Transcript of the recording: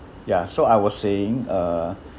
ya so I was saying uh